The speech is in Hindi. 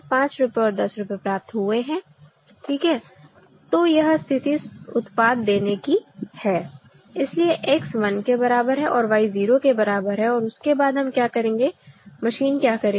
5 रुपए और 10 रुपए प्राप्त हुए हैं ठीक है तो यह स्थिति उत्पाद देने की है इसलिए X 1 के बराबर है और Y 0 के बराबर है और उसके बाद हम क्या करेंगे मशीन क्या करेगी